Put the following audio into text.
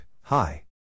hi